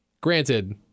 Granted